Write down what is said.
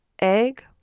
egg